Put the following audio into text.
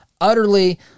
utterly